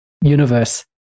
universe